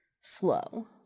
slow